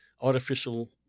artificial